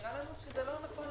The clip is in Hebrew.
נראה לנו שלא נכון